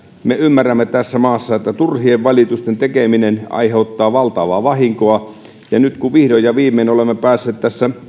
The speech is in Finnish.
me ymmärtäisimme tässä maassa että turhien valitusten tekeminen aiheuttaa valtavaa vahinkoa ja nyt kun vihdoin ja viimein olemme päässeet